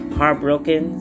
heartbroken